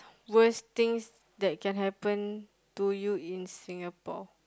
worst things that can happen to you in Singapore